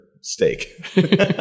steak